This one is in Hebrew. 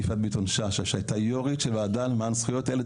יפעת ביטון שאשא שהייתה יו"רית בוועדה למען זכויות הילד,